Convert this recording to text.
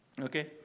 Okay